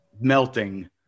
melting